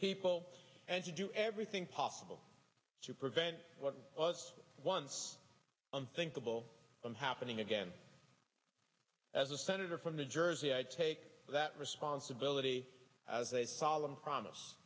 people and to do everything possible to prevent what was once unthinkable from happening again as a senator from new jersey i take that responsibility as a solemn promise